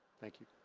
thank you.